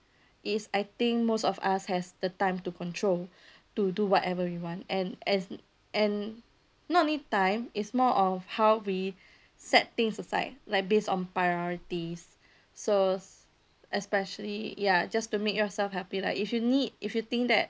is I think most of us has the time to control to do whatever we want and as and not only time is more of how we set things aside like based on priorities so especially ya just to make yourself happy lah if you need if you think that